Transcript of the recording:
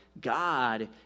God